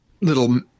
little